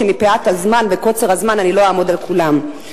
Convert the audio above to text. ומפאת קוצר הזמן לא אעמוד על כולם.